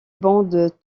bandes